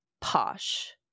posh